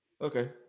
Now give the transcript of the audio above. Okay